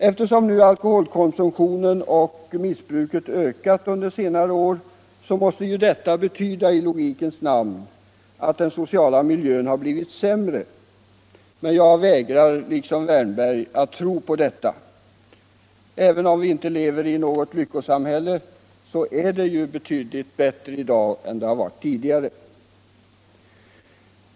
Eftersom nu alkoholkonsumtionen och missbruket ökat under senare år, måste ju detta betyda, i logikens namn, att den sociala miljön har blivit sämre. Men jag vägrar liksom herr Wärnberg att tro på detta. Även om vi inte lever i något lyckosamhälle, så är det betydligt bättre i dag än det har varit tidigare.